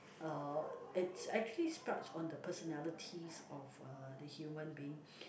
uh it's actually sprouts on the personalities of uh the human being